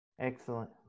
Excellent